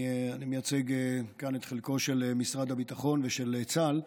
אני מייצג כאן את חלקו של משרד הביטחון ושל צה"ל,